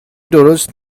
درست